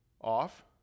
off